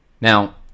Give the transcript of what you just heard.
Now